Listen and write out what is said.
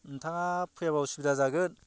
नोंथाङा फैयाबा उसुबिदा जागोन